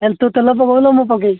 ତୁ ତେଲ ପକେଇବୁ ନା ମୁଁ ପକେଇବି